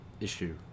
issue